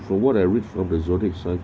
from what I read from the zodiac signs